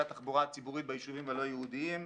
התחבורה הציבורית ביישובים הלא יהודיים.